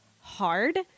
hard